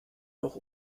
noch